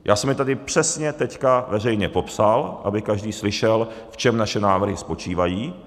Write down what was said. Já jsem je tady přesně teď veřejně popsal, aby každý slyšel, v čem naše návrhy spočívají.